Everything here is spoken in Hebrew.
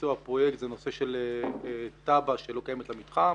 ביצוע הפרויקט זה נושא של תב"ע שלא קיימת למתחם